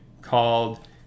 called